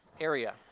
area